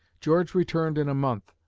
george returned in a month,